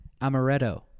amaretto